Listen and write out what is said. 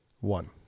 One